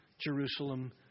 Jerusalem